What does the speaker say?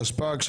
התשפ"ג 2023